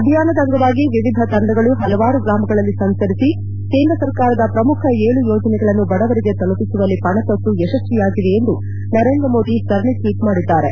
ಅಭಿಯಾನದ ಅಂಗವಾಗಿ ವಿವಿಧ ತಂಡಗಳು ಹಲವಾರು ಗ್ರಾಮಗಳಲ್ಲಿ ಸಂಚರಿಸಿ ಕೇಂದ್ರ ಸರ್ಕಾರದ ಶ್ರಮುಖ ಏಳು ಯೋಜನೆಗಳನ್ನು ಬಡವರಿಗೆ ತಲುಪಿಸುವಲ್ಲಿ ಪಣತೊಟ್ಲು ಯಶಸ್ವಿಯಾಗಿವೆ ಎಂದು ನರೇಂದ್ರಮೋದಿ ಸರಣಿ ಟ್ವೀಟ್ ಮಾಡಿದ್ದಾರೆ